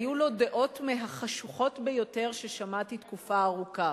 היו לו דעות מהחשוכות ביותר ששמעתי תקופה ארוכה.